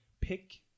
pick